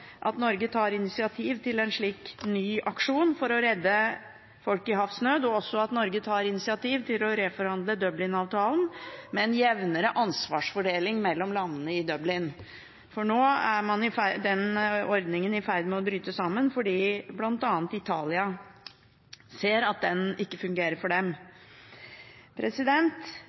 at Norge tar initiativ til en ny aksjon for å redde folk i havsnød, og også at Norge tar initiativ til å reforhandle Dublin-avtalen med en jevnere ansvarsfordeling mellom landene i Dublin. For nå er den ordningen i ferd med å bryte sammen fordi bl.a. Italia ser at den ikke fungerer for dem.